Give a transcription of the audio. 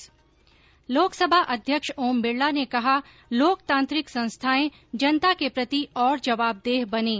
्त लोकसभा अध्यक्ष ओम बिरला ने कहा लोकतांत्रिक संस्थायें जनता के प्रति और जवाबदेह बनें